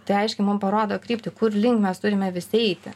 tai aiškiai mum parodo kryptį kurlink mes turime visi eiti